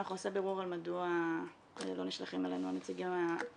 אנחנו נעשה בירור על מדוע לא נשלחים אלינו הנציגים המתאימים.